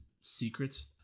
secrets